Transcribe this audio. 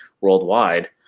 worldwide